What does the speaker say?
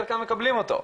חלקם מקבלים אותו.